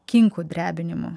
kinkų drebinimu